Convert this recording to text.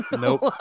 Nope